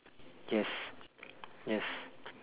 yes yes